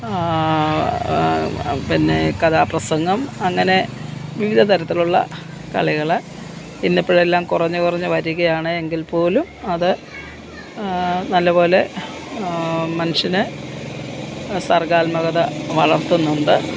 പിന്നെ കഥാപ്രസംഗം അങ്ങനെ വിവിധ തരത്തിലുള്ള കളികൾ പിന്നിപ്പോഴെല്ലാം കുറഞ്ഞ് കുറഞ്ഞ് വരികയാണ് എങ്കിൽ പോലും അത് നല്ലപോലെ മനുഷ്യന് സർഗാത്മകത വളർത്തുന്നുണ്ട്